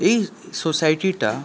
এই সোসাইটিটা